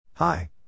Hi